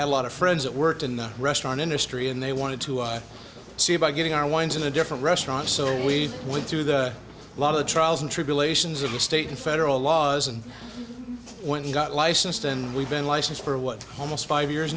had a lot of friends that worked in the restaurant industry and they wanted to up see about getting our wines in a different restaurant so we went to the lot of the trials and tribulations of the state and federal laws and when we got licensed and we've been licensed for what almost five years